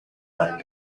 manga